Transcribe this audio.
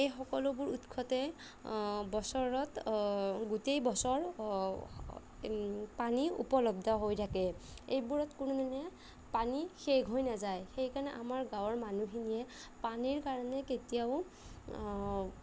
এই সকলোবোৰ উৎসতে বছৰত গোটেই বছৰ পানী উপলব্ধ হৈ থাকে এইবোৰত কোনো দিনে পানী শেষ হৈ নাযায় সেইকাৰণে আমাৰ গাঁৱৰ মানুহখিনিয়ে পানীৰ কাৰণে কেতিয়াও